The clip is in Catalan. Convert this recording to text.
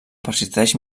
persisteix